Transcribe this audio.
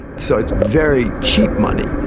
so it's very cheap money,